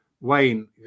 Wayne